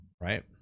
right